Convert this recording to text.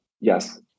Yes